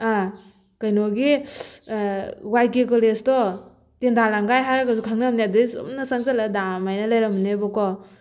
ꯑ ꯀꯩꯅꯣꯒꯤ ꯋꯥꯏ ꯀꯦ ꯀꯣꯂꯦꯖꯇꯣ ꯇꯦꯟꯊꯥ ꯂꯝꯈꯥꯏ ꯍꯥꯏꯔꯒꯁꯨ ꯈꯪꯅꯕꯅꯦ ꯑꯗꯨꯗꯩ ꯁꯨꯝꯅ ꯆꯪꯖꯜꯂꯒ ꯗꯥꯝ ꯑꯅ ꯂꯩꯔꯝꯅꯦꯕꯀꯣ